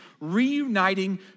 reuniting